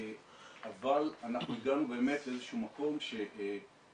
אבל אנחנו הגענו באמת לאיזשהו מקום שאנחנו